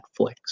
Netflix